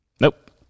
Nope